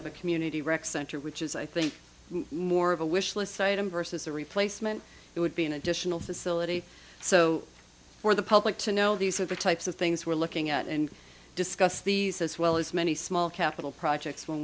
of a community rec center which is i think more of a wish list item versus a replacement it would be an additional facility so for the public to know these are the types of things we're looking at and discuss these as well as many small capital projects when